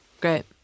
Great